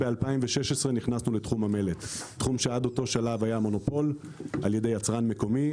ב-2016 נכנסנו לתחום המלט שעד אותו שלב היה מונופול על-ידי יצרן מקומי.